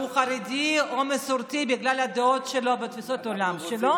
חרדי או מסורתי בגלל הדעות שלו ותפיסות העולם שלו,